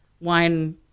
wine